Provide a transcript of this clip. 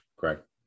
correct